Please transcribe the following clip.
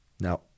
Now